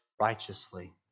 righteously